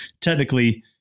technically